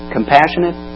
Compassionate